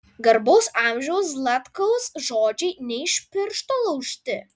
garbaus amžiaus zlatkaus žodžiai ne iš piršto laužti